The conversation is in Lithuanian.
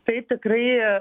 tai tikrai